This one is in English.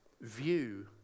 view